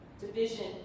Division